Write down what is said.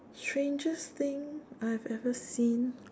strangest thing I've ever seen